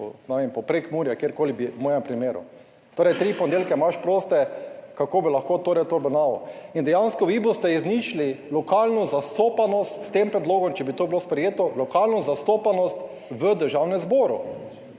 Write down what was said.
po Prekmurju ali kjerkoli v mojem primeru. Torej tri ponedeljke imaš proste, kako bi lahko torej to obravnaval. In dejansko vi boste izničili lokalno zastopanost s tem predlogom, če bi to bilo sprejeto, lokalno zastopanost v Državnem zboru.